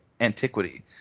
antiquity